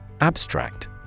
Abstract